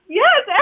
yes